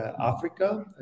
africa